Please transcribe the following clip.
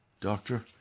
Doctor